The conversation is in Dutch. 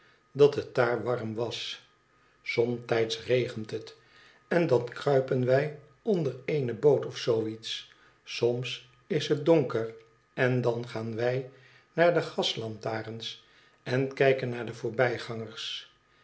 dat het daar warm was somtijds regent het en dan kruipen wij onder eene boot of zoo iets soms is het donker en dan gaan wij naar de gaslantarens en kijken naar de voorbijgangers